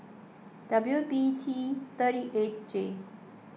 W B T thirty eight J